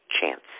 chance